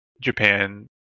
Japan